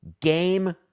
game